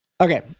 okay